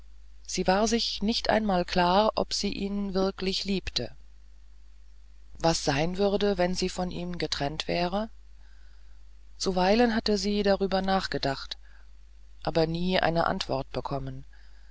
sie war sich nicht einmal klar ob sie ihn wirklich liebte was sein würde wenn sie von ihm getrennt wäre zuweilen hatte sie darüber nachgedacht aber nie eine antwort bekommen